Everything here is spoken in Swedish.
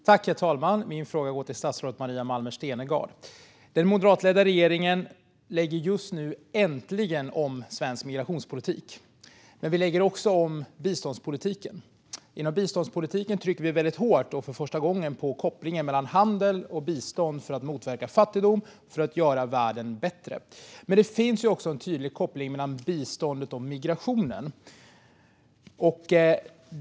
Herr talman! Min fråga går till statsrådet Maria Malmer Stenergard. Den moderatledda regeringen lägger just nu äntligen om svensk migrationspolitik. Vi lägger också om biståndspolitiken. Inom biståndspolitiken trycker vi för första gången väldigt hårt på kopplingen mellan handel och bistånd för att motverka fattigdom och göra världen bättre. Men det finns också en tydlig koppling mellan biståndet och migrationen.